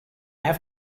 have